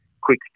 quick